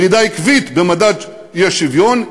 ירידה עקבית במדד האי-שוויון,